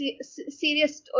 serious